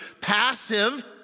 passive